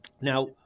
Now